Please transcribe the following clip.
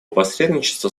посредничество